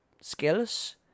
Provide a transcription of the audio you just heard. skills